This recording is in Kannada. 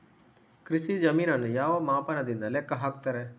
ಕೃಷಿ ಜಮೀನನ್ನು ಯಾವ ಮಾಪನದಿಂದ ಲೆಕ್ಕ ಹಾಕ್ತರೆ?